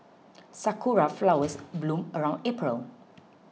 sakura flowers bloom around April